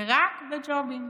ורק בג'ובים,